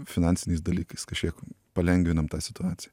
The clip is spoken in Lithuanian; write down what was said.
finansiniais dalykais kažkiek palengvinom tą situaciją